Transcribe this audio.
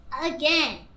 again